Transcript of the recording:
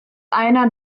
einer